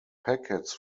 packets